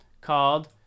called